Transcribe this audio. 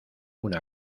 una